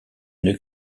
une